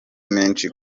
menshi